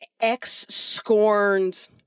ex-scorned